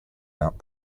out